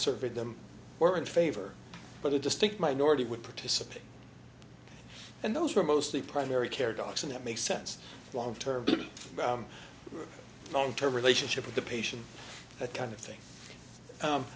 surveyed them were in favor but a distinct minority would participate and those are mostly primary care docs and that makes sense long term long term relationship with the patient that kind of thing